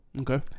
Okay